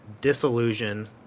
disillusion